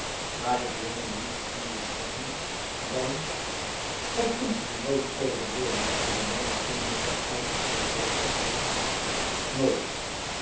maar ik wilde niets anders zeggen dan gij kunt mij nooit overreden zeide malderton met de uiterste stijfhoofdigheid nooit